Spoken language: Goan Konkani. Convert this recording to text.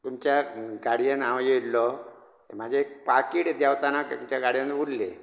तुमच्या गाडयेन हांव येल्लों म्हाजे एक पाकीट देंवतना तुमच्या गाडयेन उरलें